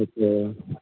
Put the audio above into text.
અચ્છા